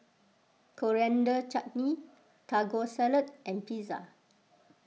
Coriander Chutney Taco Salad and Pizza